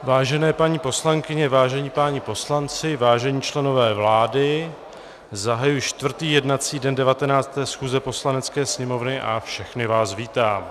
Vážené paní poslankyně, vážení páni poslanci, vážení členové vlády, zahajuji čtvrtý jednací den 19. schůze Poslanecké sněmovny a všechny vás vítám.